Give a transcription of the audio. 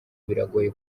biragoye